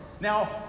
now